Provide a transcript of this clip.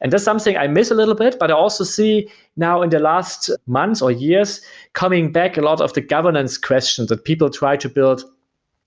and there's something i missed a little bit, but i also see now in the last months or years coming back a lot of the governance questions and people try to build